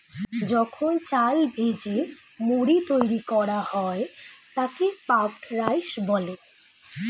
যখন চাল ভেজে মুড়ি তৈরি করা হয় তাকে পাফড রাইস বলে